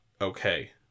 okay